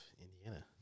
Indiana